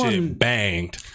banged